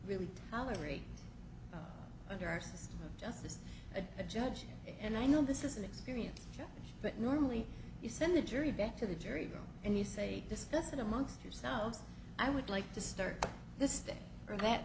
really our rate under our system of justice a judge and i know this is an experience that normally you send the jury back to the jury and you say discuss it amongst yourselves i would like to start this day or that